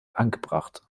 angebracht